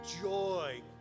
joy